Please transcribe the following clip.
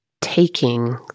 Taking